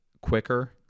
quicker